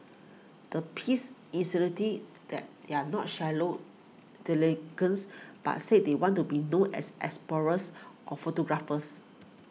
the piece that they are not shallow delinquents but said they want to be known as explorers or photographers